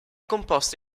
composto